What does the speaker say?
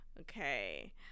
Okay